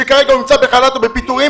שכרגע הוא נמצא בחל"ת או בפיטורים,